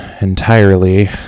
entirely